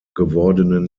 gewordenen